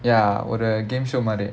ya ஒரு:oru game show மாறி:maari